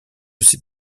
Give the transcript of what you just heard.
ces